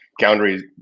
boundaries